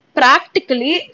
practically